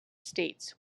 states